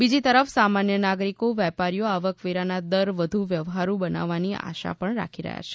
બીજી તરફ સામાન્ય નાગરીકો વેપારીઓ આવકવેરાના દર વધુ વ્યવહારૂ બનવાની આશા પણ રાખી રહ્યાં છે